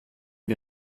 wir